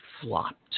flopped